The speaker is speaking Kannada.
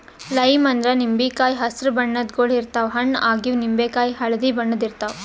ಲೈಮ್ ಅಂದ್ರ ನಿಂಬಿಕಾಯಿ ಹಸ್ರ್ ಬಣ್ಣದ್ ಗೊಳ್ ಇರ್ತವ್ ಹಣ್ಣ್ ಆಗಿವ್ ನಿಂಬಿಕಾಯಿ ಹಳ್ದಿ ಬಣ್ಣದ್ ಇರ್ತವ್